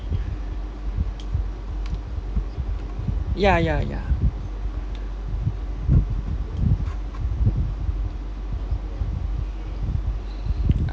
ya ya ya